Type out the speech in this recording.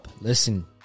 Listen